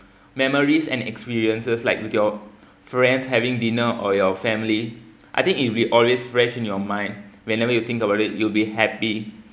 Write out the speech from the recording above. memories and experiences like with your friends having dinner or your family I think it'll be always fresh in your mind whenever you think about it you will be happy